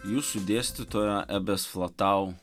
jūsų dėstytoja ebes flatau